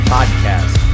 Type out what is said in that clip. Podcast